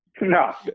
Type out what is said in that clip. no